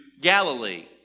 Galilee